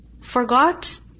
forgot